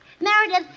Meredith